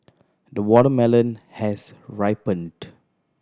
the watermelon has ripened